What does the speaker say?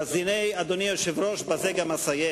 אז הנה, אדוני היושב-ראש, ובזה גם אסיים: